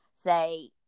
say